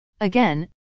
Again